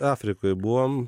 afrikoj buvom